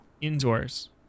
indoors